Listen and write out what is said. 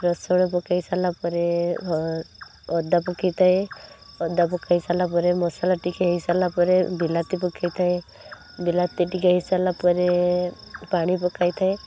ରସୁଣ ପକାଇସାରିଲା ପରେ ଅଦା ପକାଇଥାଏ ଅଦା ପକାଇସାରିଲା ପରେ ମସଲା ଟିକେ ହେଇସାରିଲା ପରେ ବିଲାତି ପକାଇଥାଏ ବିଲାତି ଟିକେ ହେଇସାରିଲା ପରେ ପାଣି ପକାଇଥାଏ